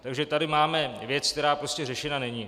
Takže tady máme věc, která prostě řešena není.